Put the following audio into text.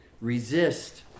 resist